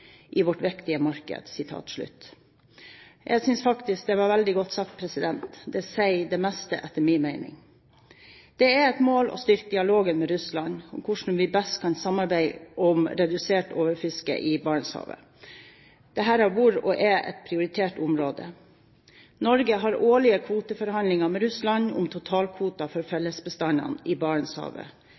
i vårt viktigste marked.» Jeg synes faktisk det var veldig godt sagt. Det sier det meste, etter min mening. Det er et mål å styrke dialogen med Russland om hvordan vi best kan samarbeide om redusert overfiske i Barentshavet. Dette har vært og er et prioritert område. Norge har årlige kvoteforhandlinger med Russland om totalkvoter for fellesbestandene i Barentshavet.